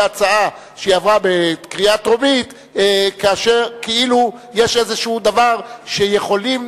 הצעה שעברה בקריאה טרומית כאילו יש איזה דבר שיכולים